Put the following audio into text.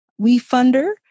WeFunder